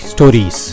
Stories